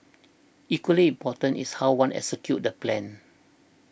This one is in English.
equally important is how one executes the plan